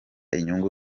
inyungu